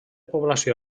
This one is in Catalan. població